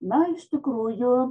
na iš tikrųjų